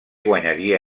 guanyaria